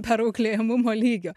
perauklėjamumo lygio